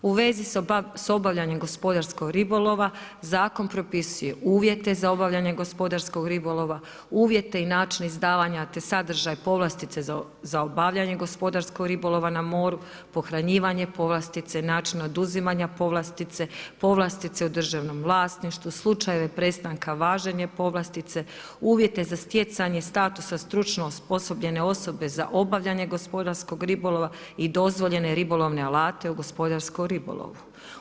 U vezi s obavljanjem gospodarskog ribolova, zakon propisuje uvijete za obavljanje gospodarskog ribolova, uvijete i načine izdavanja, te sadržaje, povlastice za obavljanje gospodarskog ribolova na moru, pohranjivanje povlastice i načina oduzimanja povlastice, povlastice u državnom vlasništvu, slučajeve prestanke važenja povlastice, uvijete za stjecanje statusa stručno osposobljene osobe za obavljanje gospodarskog ribolova i dozvoljene ribolovne alate u gospodarskom ribolovu.